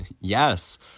Yes